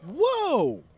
Whoa